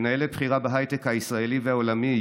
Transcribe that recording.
מנהלת בכירה בהייטק הישראלי והעולמי,